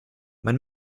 mein